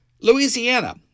Louisiana